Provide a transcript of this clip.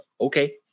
okay